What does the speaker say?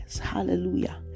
Hallelujah